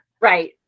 Right